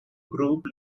group